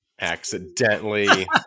Accidentally